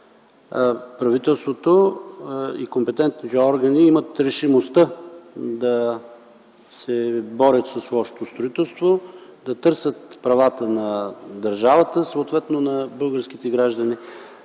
правителството и компетентните органи имат решимостта да се борят с лошото строителство, да търсят правата на държавата, съответно на българските граждани.